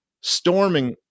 storming